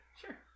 Sure